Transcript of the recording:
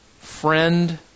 Friend